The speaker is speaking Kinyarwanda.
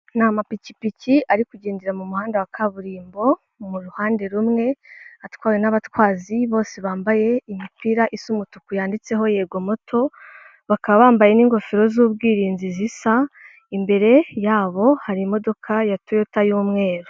Ni amapikipiki ari kugendera mu muhanda wa kaburimbo mu ruhande rumwe, atwawe n'abatwazi bose bambaye imipira isa umutuku yanditseho yego moto, bakaba bambaye n'ingofero z'ubwirinzi zisa, imbere yabo hari imodoka ya toyota y'umweru.